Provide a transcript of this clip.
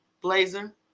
Blazer